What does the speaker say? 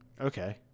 Okay